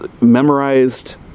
memorized